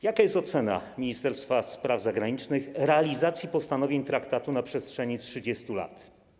Jaka jest ocena Ministerstwa Spraw Zagranicznych realizacji postanowień traktatu na przestrzeni 30 lat?